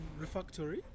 refactory